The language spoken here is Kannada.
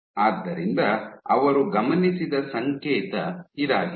ಆದ್ದರಿಂದ ಅವರು ಗಮನಿಸಿದ ಸಂಕೇತ ಇದಾಗಿದೆ